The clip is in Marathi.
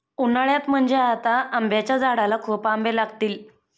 उन्हाळ्यात म्हणजे आता आंब्याच्या झाडाला खूप आंबे लागतील